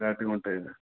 క్లారిటీగుంటాయి ఈడ